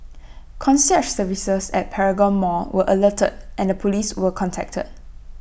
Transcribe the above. concierge services at Paragon Mall were alerted and the Police were contacted